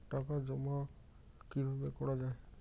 টাকা জমা কিভাবে করা য়ায়?